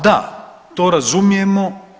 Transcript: Da, to razumijemo.